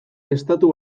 estatu